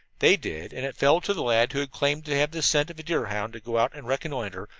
they did, and it fell to the lad who had claimed to have the scent of a deerhound to go out and reconnoitre,